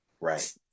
right